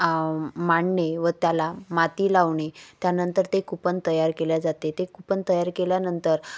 मांडणे व त्याला माती लावणे त्यानंतर ते कुंपण तयार केल्या जाते ते कुंपण तयार केल्यानंतर